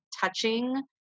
touching